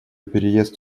переезд